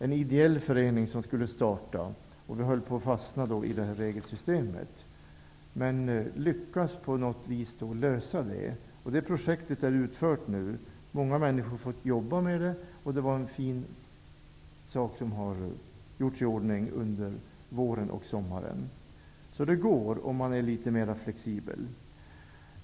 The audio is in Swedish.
En ideell förening skulle startas, och vi höll på att fastna i regelsystemet. Men vi lyckades på något sätt lösa det problemet. Det projektet är nu utfört. Många människor har fått jobba med det, och det var en fin sak som gjordes i ordning under våren och sommaren. Så det går om man är litet mer flexibel.